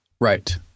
Right